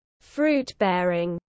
fruit-bearing